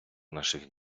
наших